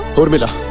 urmila,